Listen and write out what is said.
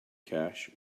cash